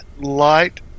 Light